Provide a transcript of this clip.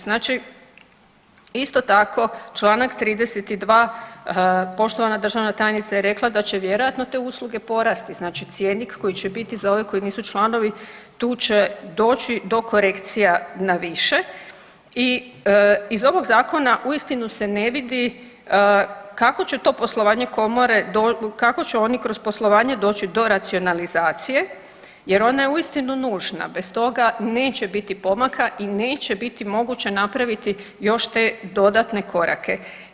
Znači isto tako čl. 32. poštovana državna tajnica je rekla da će vjerojatno te usluge porasti, znači cjenik koji će biti za ove koji nisu članovi tu će doći do korekcija na više i iz ovog zakona uistinu se ne vidi kako će to poslovanje komore kako će oni kroz poslovanje doći do racionalizacije jer ona je uistinu nužna, bez toga neće biti pomaka i neće biti moguće napraviti još te dodatne korake.